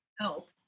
help